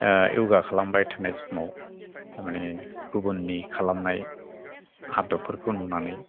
य'गा खालामबाय थानाय समाव थारमाने गुबुननि खालामनाय आदबफोरखौ नुनानै